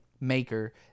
maker